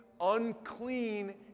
unclean